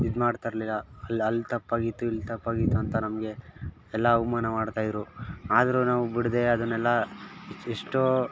ಇದು ಮಾಡ್ತಾ ಇರಲಿಲ್ಲ ಅಲ್ಲಿ ಅಲ್ಲಿ ತಪ್ಪಾಗಿತ್ತು ಇಲ್ಲಿ ತಪ್ಪಾಗಿತ್ತು ಅಂತ ನಮಗೆ ಎಲ್ಲ ಅವಮಾನ ಮಾಡ್ತಾ ಇದ್ದರು ಆದರೂ ನಾವು ಬಿಡದೆ ಅದನ್ನೆಲ್ಲ ಎಷ್ಟೋ